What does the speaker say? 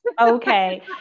Okay